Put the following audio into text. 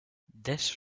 this